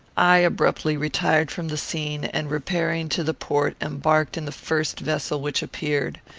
i abruptly retired from the scene, and, repairing to the port, embarked in the first vessel which appeared.